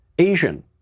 Asian